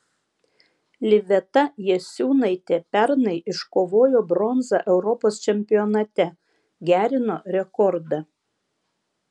liveta jasiūnaitė pernai iškovojo bronzą europos čempionate gerino rekordą